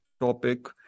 topic